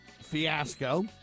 fiasco